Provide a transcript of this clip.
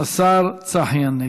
השר צחי הנגבי.